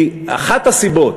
כי אחת הסיבות,